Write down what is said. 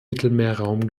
mittelmeerraum